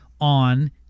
on